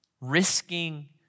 risking